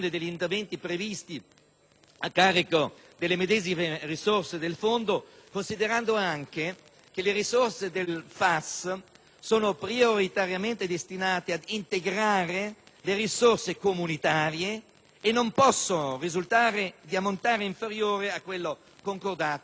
a carico delle medesime risorse del Fondo, considerato anche che le risorse del FAS sono prioritariamente destinate ad integrare le risorse comunitarie e non possono risultare di ammontare inferiore a quello concordato in sede europea.